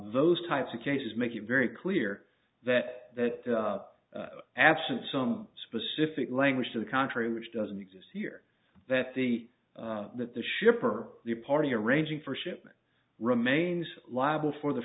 those types of cases make it very clear that that absent some specific language to the contrary which doesn't exist here that the that the ship or the party arranging for shipment remains liable for the